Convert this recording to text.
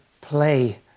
play